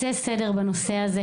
אנחנו נעשה סדר בנושא הזה,